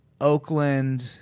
Oakland